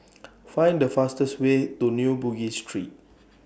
Find The fastest Way to New Bugis Street